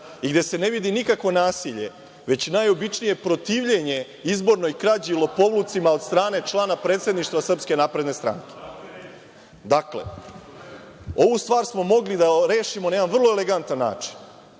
i gde se ne vidi nikakvo nasilje, već najobičnije protivljenje izbornoj krađi i lopovlucima od strane člana predsedništva SNS.Dakle, ovu stvar smo mogli da rešimo na jedan vrlo elegantan način,